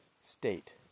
state